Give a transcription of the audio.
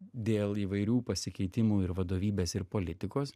dėl įvairių pasikeitimų ir vadovybės ir politikos